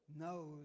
knows